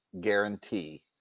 guarantee